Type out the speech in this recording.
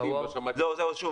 לא שמעתי התייחסות.